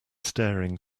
staring